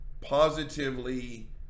positively